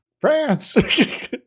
France